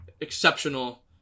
exceptional